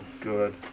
good